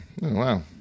Wow